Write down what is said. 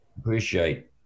appreciate